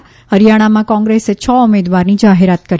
હરિયાણામાં કોંગ્રેસે છ ઉમેદવારની જાહેરાત કરી